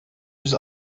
yüz